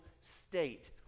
state